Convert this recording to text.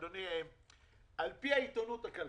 על פי העיתונות הכלכלית,